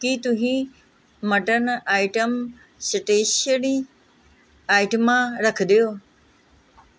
ਕੀ ਤੁਸੀਂ mutton item stationery ਆਈਟਮਾਂ ਰੱਖਦੇ ਹੋ